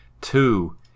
Two